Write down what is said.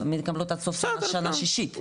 הן מקבלות עד סוף שנה שישית.